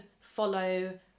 follow